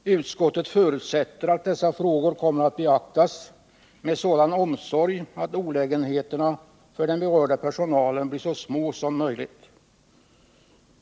Utskottet förutsätter att dessa frågor kommer att beaktas med sådan omsorg att olägenheterna för den berörda personalen blir så små som möjligt.